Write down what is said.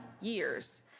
years